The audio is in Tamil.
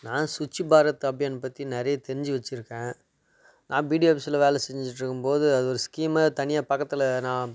நான் சுச்சி பாரத் அபியான் பற்றி நிறைய தெரிஞ்சு வச்சுருக்கேன் நான் பிடி ஆஃபிஸில் வேலை செஞ்சுட்ருக்கம் போது அது ஒரு ஸ்கீமே தனியாக பக்கத்தில் நான்